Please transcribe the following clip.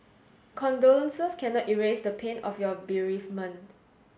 condolences cannot erase the pain of your bereavement